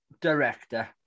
director